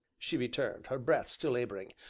she returned, her breath still laboring,